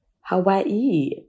Hawaii